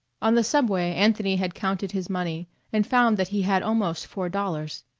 on the subway anthony had counted his money and found that he had almost four dollars.